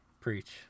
preach